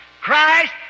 Christ